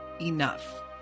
enough